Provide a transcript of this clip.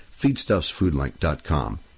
FeedstuffsFoodLink.com